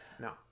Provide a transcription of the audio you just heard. No